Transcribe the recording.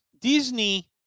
Disney